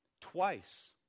Twice